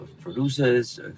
producers